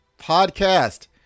Podcast